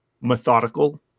methodical